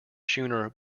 schooner